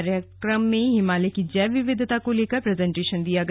कार्यक्रम में हिमालय की जैव विविधता को लेकर प्रजेंटेशन दिया गया